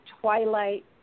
twilight